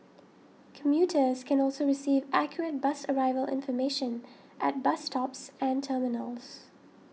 commuters can also receive accurate bus arrival information at bus stops and terminals